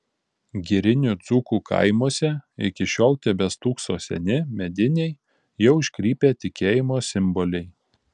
girinių dzūkų kaimuose iki šiol tebestūkso seni mediniai jau iškrypę tikėjimo simboliai